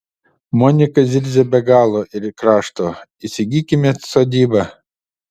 monika zirzia be galo ir krašto įsigykime sodybą